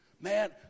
Man